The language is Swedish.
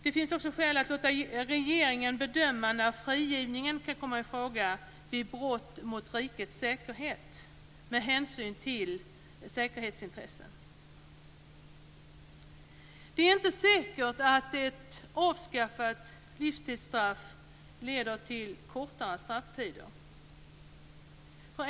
Det finns också skäl att låta regeringen bedöma när frigivning ska komma i fråga vid brott mot rikets säkerhet med hänsyn till säkerhetsintressen. Det är inte säkert att ett avskaffat livstidsstraff leder till kortare strafftider.